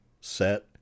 set